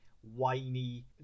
whiny